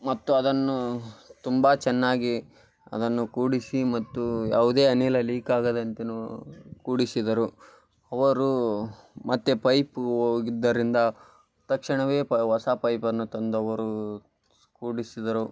ಮತ್ತು ಅದನ್ನು ತುಂಬ ಚೆನ್ನಾಗಿ ಅದನ್ನು ಕೂಡಿಸಿ ಮತ್ತು ಯಾವುದೇ ಅನಿಲ ಲೀಕ್ ಆಗದಂತೆಯೂ ಕೂಡಿಸಿದರು ಅವರು ಮತ್ತೆ ಪೈಪು ಹೋಗಿದ್ದರಿಂದ ತಕ್ಷಣವೇ ಪ ಹೊಸ ಪೈಪನ್ನು ತಂದು ಅವರು ಸ್ ಕೂಡಿಸಿದರು